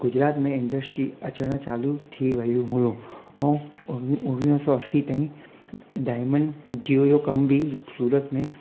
गुजरात में इंड्रस्ट्री अचण चालू थी वयूं हुयूं ऐं उण उणिवीह सौ असी ताईं डायमंड जो इहो कम बि सूरत में